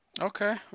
Okay